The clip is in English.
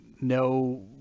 no